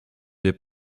des